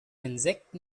insekten